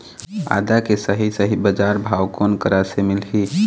आदा के सही सही बजार भाव कोन करा से मिलही?